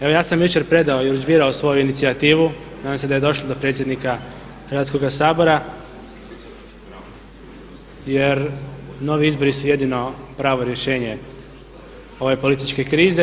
Evo ja sam jučer predao i urudžbirao svoju inicijativu, nadam se da je došlo do predsjednika Hrvatskoga sabora jer novi izbori su jedino pravo rješenje ove političke krize.